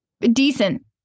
Decent